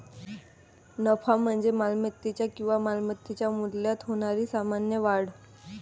नफा म्हणजे मालमत्तेच्या किंवा मालमत्तेच्या मूल्यात होणारी सामान्य वाढ